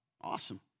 Awesome